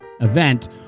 event